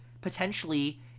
potentially